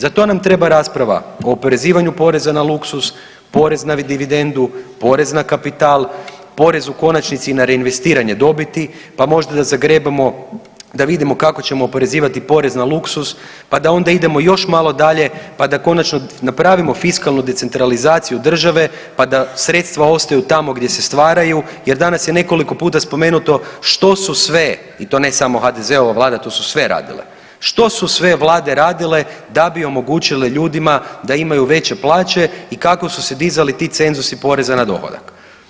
Za to nam treba rasprava o oporezivanju poreza na luksuz, porez na dividendu, porez na kapital, porez u konačnici na reinvestiranje dobiti pa možda da zagrebemo da vidimo kako ćemo oporezivati porez na luksuz, pa da onda idemo još malo dalje pa da konačno napravimo fiskalnu decentralizaciju države, pa da sredstva ostaju tamo gdje se stvaraju jer danas je nekoliko puta spomenuto, što su sve i to ne samo HDZ-ova vlada to su sve radile, što su sve vlade radile da bi omogućile ljudima da imaju veće plaće i kako su se dizali ti cenzusi poreza na dohodak.